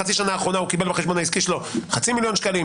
בחצי השנה האחרונה הוא קיבל בחשבון העסקי שלו חצי מיליון שקלים,